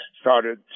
started